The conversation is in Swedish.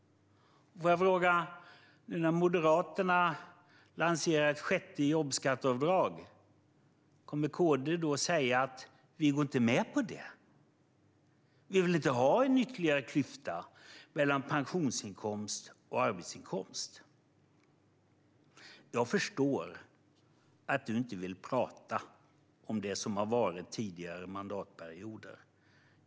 Nu när Moderaterna lanserar ett sjätte jobbskatteavdrag, kommer KD då att säga att man inte går med på det, att man inte vill ha någon ytterligare klyfta mellan pensionsinkomst och arbetsinkomst? Jag förstår att du inte vill prata om det som har varit under tidigare mandatperioder.